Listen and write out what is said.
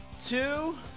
two